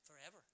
Forever